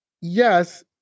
yes